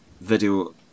video